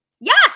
Yes